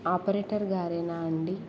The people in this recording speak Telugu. ఆపరేటర్ గారేనా అండి